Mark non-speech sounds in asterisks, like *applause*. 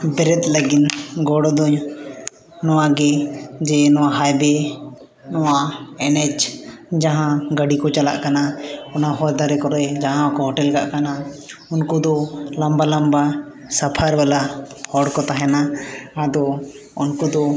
ᱵᱮᱨᱮᱫ ᱞᱟᱹᱜᱤᱫ ᱜᱚᱲᱚ ᱫᱚ ᱱᱚᱣᱟᱜᱮ ᱡᱮ ᱱᱚᱣᱟ *unintelligible* ᱱᱚᱣᱟ ᱮᱱᱮᱡ ᱡᱟᱦᱟᱸ ᱜᱟᱹᱰᱤ ᱠᱚ ᱪᱟᱞᱟᱜ ᱠᱟᱱᱟ ᱚᱱᱟ ᱦᱚᱨ ᱫᱷᱟᱨᱮ ᱠᱚᱨᱮᱫ ᱡᱟᱦᱟᱸ ᱠᱚ ᱦᱳᱴᱮᱞ ᱠᱟᱜ ᱠᱟᱱᱟ ᱩᱱᱠᱩ ᱫᱚ ᱞᱚᱢᱵᱟ ᱞᱚᱢᱵᱟ ᱥᱟᱯᱷᱟᱨ ᱵᱟᱞᱟ ᱦᱚᱲ ᱠᱚ ᱛᱟᱦᱮᱱᱟ ᱟᱫᱚ ᱩᱱᱠᱩ ᱫᱚ